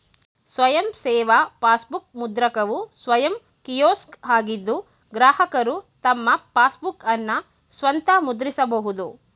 ಸ್ವಯಂ ಸೇವಾ ಪಾಸ್ಬುಕ್ ಮುದ್ರಕವು ಸ್ವಯಂ ಕಿಯೋಸ್ಕ್ ಆಗಿದ್ದು ಗ್ರಾಹಕರು ತಮ್ಮ ಪಾಸ್ಬುಕ್ಅನ್ನ ಸ್ವಂತ ಮುದ್ರಿಸಬಹುದು